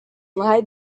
lied